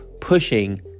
pushing